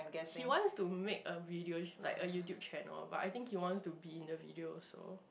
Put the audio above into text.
he wants to make a video like a YouTube channel but I think he wants to be in the video also